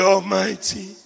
Almighty